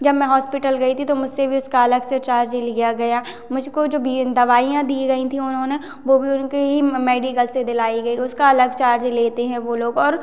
जब मैं हॉस्पिटल गई थी तो मुझसे भी उसका अलग से चार्ज लिया गया मुझको जो बीएन दवाइयाँ दी गई थीं उन्होंने वो भी उनके ही मेडिकल से दिलाई गई उसका अलग चार्ज लेते हैं वो लोग और